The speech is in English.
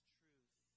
truth